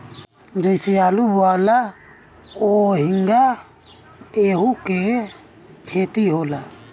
जइसे आलू बोआला ओहिंगा एहू के खेती होला